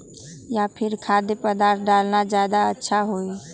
या फिर खाद्य पदार्थ डालना ज्यादा अच्छा होई?